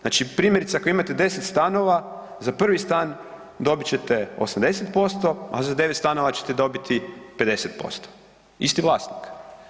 Znači, primjerice, ako imate 10 stanova, za 1. stan dobit ćete 80%, a za 9 stanova ćete dobiti 50%, isti vlasnik.